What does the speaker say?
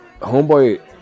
homeboy